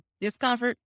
discomfort